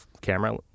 camera